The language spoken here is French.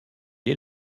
est